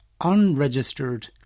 unregistered